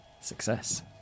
Success